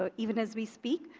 ah even as we speak.